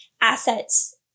assets